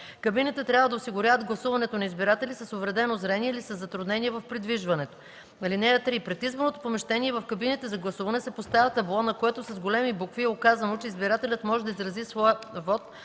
Кабините трябва да осигуряват гласуването на избиратели с увредено зрение или със затруднения в придвижването. (3) Пред изборното помещение и в кабините за гласуване се поставя табло, на което с големи букви е указано, че избирателят може да изрази своя